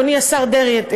אדוני השר דרעי,